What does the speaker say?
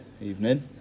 Evening